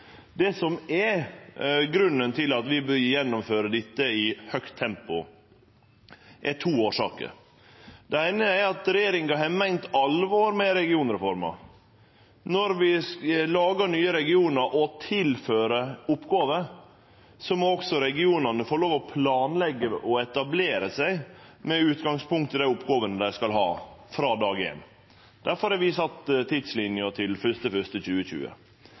høgt tempo. Det eine er at regjeringa har meint alvor med regionreforma. Når vi lagar nye regionar og tilfører oppgåver, må også regionane få lov til å planleggje og etablere seg med utgangspunkt i dei oppgåvene dei skal ha frå dag éin. Difor har vi sett tidslinja til 1. januar 2020.